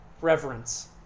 reverence